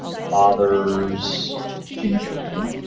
father's ginger ale?